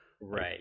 right